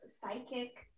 psychic